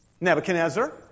Nebuchadnezzar